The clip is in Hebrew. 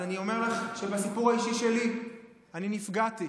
אז אני אומר לך שבסיפור האישי שלי אני נפגעתי.